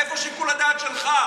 איפה שיקול הדעת שלך?